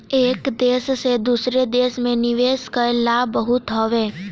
एक देस से दूसरा देस में निवेश कअ लाभ बहुते हवे